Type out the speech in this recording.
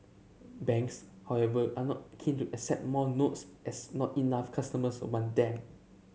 banks however are not keen to accept more notes as not enough customers want them